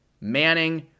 Manning